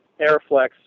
Airflex